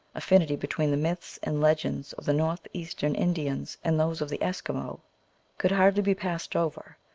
affinity between the myths and legends of the northeastern indians and those of the eskimo could hardly be passed over,